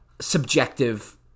subjective